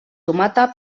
tomata